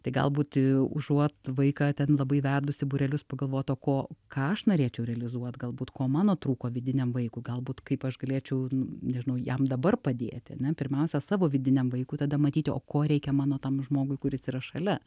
tai galbūt užuot vaiką ten labai vedus į būrelius pagalvot o ko ką aš norėčiau realizuot galbūt ko mano trūko vidiniam vaikui galbūt kaip aš galėčiau nežinau jam dabar padėti ane pirmiausia savo vidiniam vaikui tada matyti o ko reikia mano tam žmogui kuris yra šalia